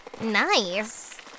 Nice